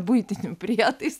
buitinių prietaisų